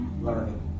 learning